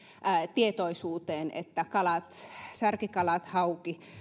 tietoisuuteen että särkikalat hauki